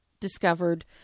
discovered